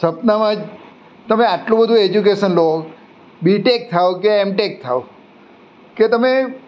સપનામાં જ તમે આટલું બધું એજ્યુકેશન લો બી ટેક થાઓ કે એમ ટેક થાઓ કે તમે